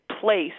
place